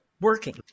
working